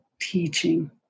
teaching